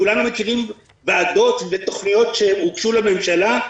כולנו מכירים ועדות ותוכניות שהוגשו לממשלה,